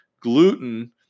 gluten